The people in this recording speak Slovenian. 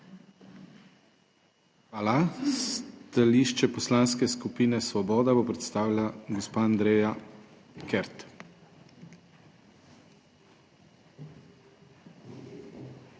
Hvala. Stališče Poslanske skupine Svoboda bo predstavila gospa Andreja Kert.